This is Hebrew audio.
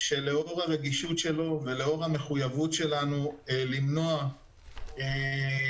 שלאור הרגישות שלו ולאור המחויבות שלנו למנוע מיתה,